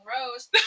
Rose